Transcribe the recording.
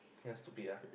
he has to be lah